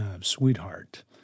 sweetheart